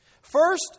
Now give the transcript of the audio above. First